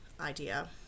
idea